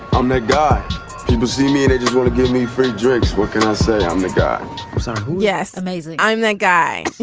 i'm the guy he was he made it he's going to give me free drinks. what can i say. i'm the guy. sorry yes. amazing. i'm that guy.